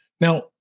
Now